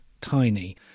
tiny